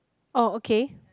oh okay